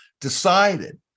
decided